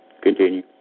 Continue